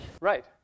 Right